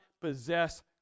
possess